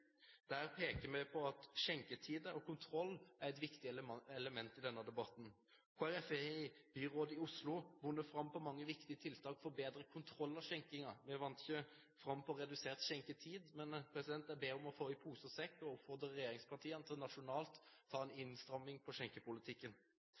Der peker vi på at skjenketider og kontroll er et viktig element i denne debatten. Kristelig Folkeparti har i byrådet i Oslo vunnet fram på mange viktige tiltak for å få bedre kontroll over skjenkingen. Vi vant ikke fram når det gjaldt redusert skjenketid. Men vi ber om å få i pose og sekk og oppfordrer regjeringspartiene til nasjonalt å ta en